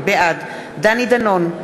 בעד דני דנון,